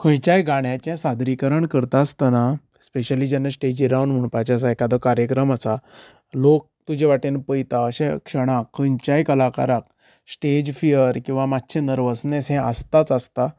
खंयच्याय गाण्याचें सादरीकरण करता आसतना स्पेशली जेन्ना स्टेजीर रावन म्हणपाचें आसा एखादो कार्यक्रम आसा लोक तुजे वाटेन पळयता अशा क्षणाक खंयच्याय कलाकाराक स्टेज फियर किंवा मातशें नर्वसनेस हें आसताच आसता